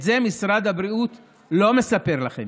את זה משרד הבריאות לא מספר לכם.